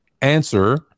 answer